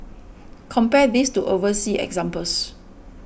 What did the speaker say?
compare this to overseas examples